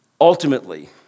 ultimately